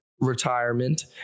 retirement